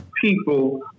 people